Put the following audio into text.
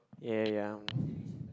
ya ya ya